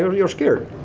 you're you're scared.